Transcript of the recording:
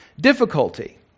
difficulty